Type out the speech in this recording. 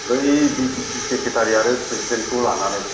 बै VDP secretary आरो प्रेसिडेन्टखौ लानानै